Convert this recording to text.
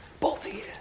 both of